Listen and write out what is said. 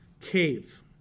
cave